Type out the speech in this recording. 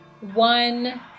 one